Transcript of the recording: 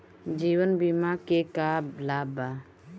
जीवन बीमा के का लाभ बा?